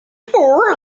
four